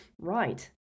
right